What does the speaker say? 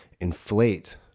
inflate